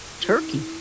turkey